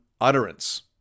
utterance